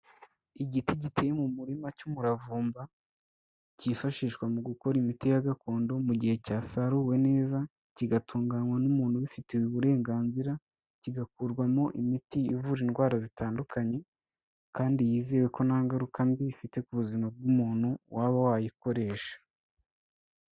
Igiti giteye mu murima cy'umuravumba kifashishwa mu gukora imiti ya gakondo mu gihe cyasaruwe neza kigatunganywa n'umuntu ubifitiye uburenganzira kigakurwamo imiti ivura indwara zitandukanye kandi yizewe ko nta ngaruka mbi ifite ku buzima bw'umuntu waba wayikoresha.